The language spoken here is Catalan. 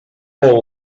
vol